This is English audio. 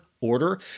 order